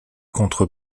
contre